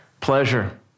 Pleasure